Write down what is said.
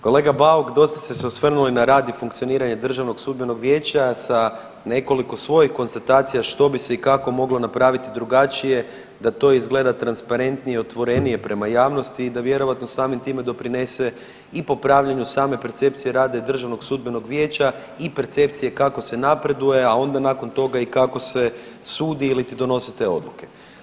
Kolega Bauk dosta ste se osvrnuli na rad i funkcioniranje Državnog sudbenog vijeća sa nekoliko svojih konstatacija što bi se i kako moglo napraviti drugačije da to izgleda transparentnije i otvorenije prema javnosti i da vjerojatno samim time doprinese i popravljanju same percepcije rada i Državnog sudbenog vijeća i percepcije kako se napreduje, a onda nakon toga i kako se sudi iliti donosi te odluke.